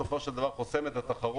בסופו של דבר חוסם את התחרות.